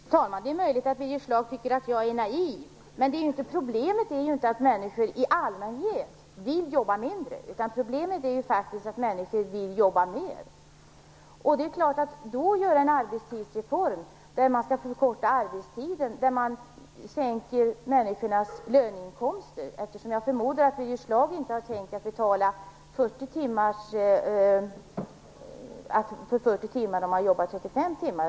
Fru talman! Det är möjligt att Birger Schlaug tycker att jag är naiv. Men problemet är ju inte att människor i allmänhet vill jobba mindre. Problemet är ju faktiskt att människor vill jobba mer! Då skall man väl inte genomföra en arbetstidsreform som innebär att man förkortar arbetstiden och sänker människornas löneinkomster - jag förmodar att Birger Schlaug inte har tänkt sig att de skall ha betalt för 40 timmar när de jobbar 35 timmar.